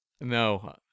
No